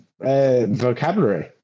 vocabulary